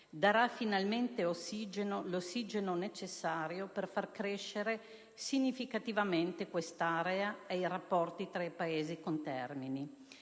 darà finalmente l'ossigeno necessario per fare crescere significativamente quest'area e i rapporti tra i Paesi contermini.